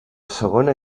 segona